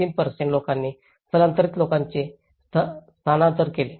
3 लोकांनी स्थलांतरित लोकांचे स्थानांतरण केले